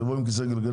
מה הבעיה?